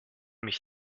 mich